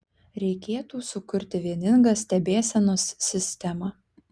reikėtų sukurti vieningą stebėsenos sistemą